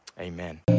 amen